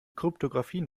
kryptographie